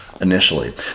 initially